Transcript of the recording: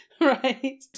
right